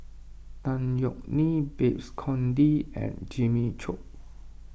Tan Yeok Nee Babes Conde and Jimmy Chok